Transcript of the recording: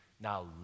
Now